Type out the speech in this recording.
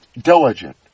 diligent